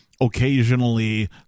Occasionally